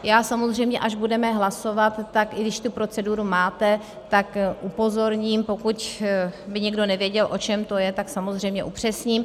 Já samozřejmě, až budeme hlasovat, tak i když tu proceduru máte, tak upozorním, pokud by někdo nevěděl, o čem to je, tak samozřejmě upřesním.